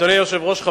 אדוני היושב-ראש,